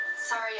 Sorry